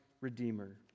redeemer